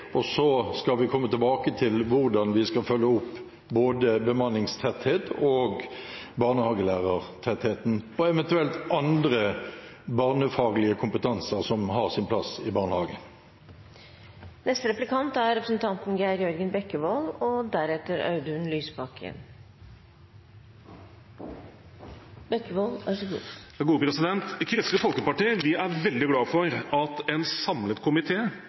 og så skal vi komme tilbake til hvordan vi skal følge opp både bemanningstettheten og barnehagelærertettheten, og eventuelt annen barnefaglig kompetanse som har sin plass i barnehagen. Kristelig Folkeparti er veldig glad for at en samlet